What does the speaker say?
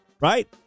right